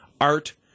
art